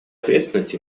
ответственность